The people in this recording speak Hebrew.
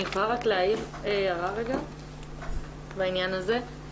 אני יכולה להעיר הערה רגע בעניין הזה?